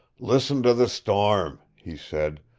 listen to the storm, he said.